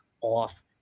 off